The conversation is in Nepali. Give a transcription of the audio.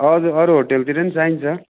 हजुर अरू होटेलतिर पनि चाहिन्छ